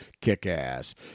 Kick-ass